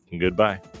goodbye